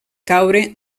caure